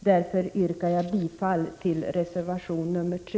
Därför yrkar jag bifall till reservation nr 3.